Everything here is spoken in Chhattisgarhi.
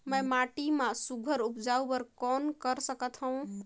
मैं माटी मा सुघ्घर उपजाऊ बर कौन कर सकत हवो?